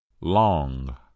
Long